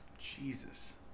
Jesus